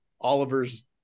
Oliver's